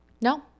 No